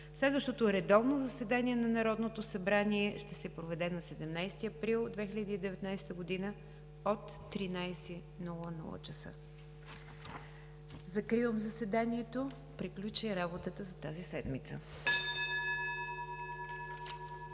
Следващото редовно заседание на Народното събрание ще се проведе на 17 април 2019 г. от 13,00 ч. Закривам заседанието – приключи работата за тази седмица.